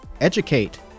educate